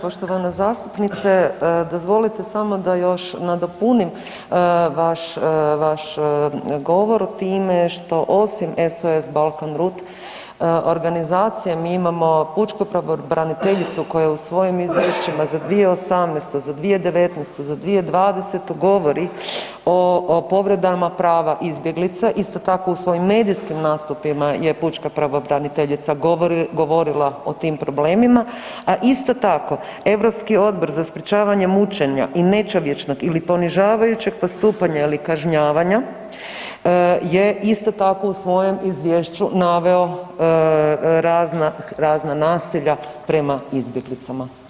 Poštovana zastupnice, dozvolite samo da još nadopunim vaš, vaš govor time što osim SOS Balkanrouth organizacije mi imamo pučku pravobraniteljicu koja u svojim izvješćima za 2018., za 2019., za 2020. govori o povredama prava izbjeglica, isto tako u svojim medijskim nastupima je pučka pravobraniteljica govorila o tim problemima, a isto tako Europski odbor za sprječavanje mučenja i nečovječnog ili ponižavajućeg postupanja ili kažnjavanja je isto tako u svojem izvješću naveo razna, razna nasilja prema izbjeglicama.